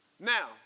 Now